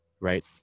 right